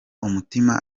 umutima